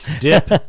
Dip